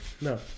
No